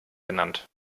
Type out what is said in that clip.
genannt